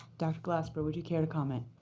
dr. glasper, would you care to comment.